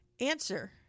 answer